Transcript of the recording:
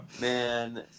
man